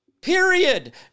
Period